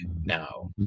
now